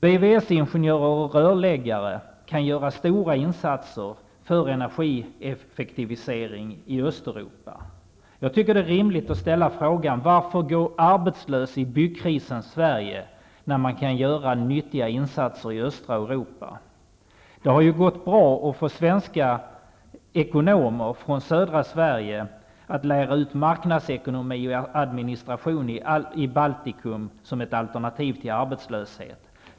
VVS-ingenjörer och rörläggare kan göra stora insatser för en energieffektivisering i Östeuropa. Det är rimligt att ställa frågan: Varför gå arbetslös i byggkrisens Sverige, när man kan göra nyttiga insatser i östra Europa? Det har gått bra att få svenska ekonomer från södra Sverige att lära ut marknadsekonomi och administration i Baltikum som ett alternativ till arbetslöshet.